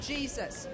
Jesus